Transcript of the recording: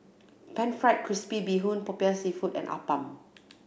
Pan Fried Crispy Bee Hoon Popiah Seafood and appam